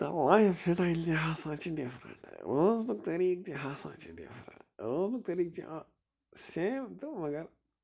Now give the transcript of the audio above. تہٕ life style تہِ ہسا چھِ ڈِفرنٛٹ روزٕنُک طٔریٖقہٕ تہِ ہسا چھِ ڈِفرنٛٹ روزٕنُک طٔریٖقہٕ چھِ آ سیٚم تہٕ مگر